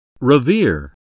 Revere